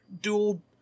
dual